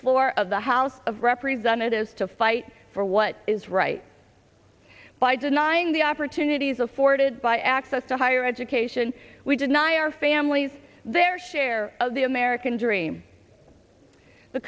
floor of the house of representatives to fight for what is right by denying the opportunities afforded by access to higher education we deny our families their share of the american dream the